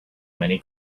many